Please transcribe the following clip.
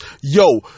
Yo